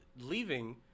leaving